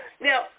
Now